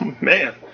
Man